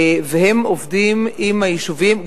והם עובדים עם היישובים,